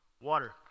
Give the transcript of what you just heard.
water